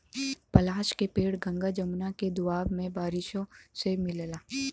पलाश के पेड़ गंगा जमुना के दोआब में बारिशों से मिलला